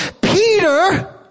Peter